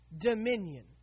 dominion